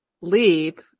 leap